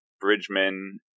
bridgemen